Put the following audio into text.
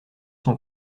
son